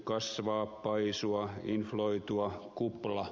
kasvaa paisua infloitua kupla